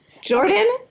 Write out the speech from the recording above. Jordan